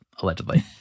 allegedly